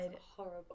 horrible